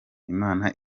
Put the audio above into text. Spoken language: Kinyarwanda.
imana